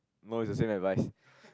no it's the same advice